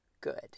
good